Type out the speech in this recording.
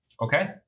Okay